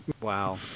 wow